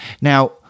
Now